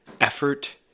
effort